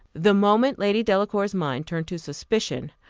the moment lady delacour's mind turned to suspicion,